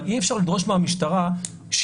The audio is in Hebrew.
אבל אי אפשר לדרוש מהמשטרה שמחויבת